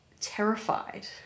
terrified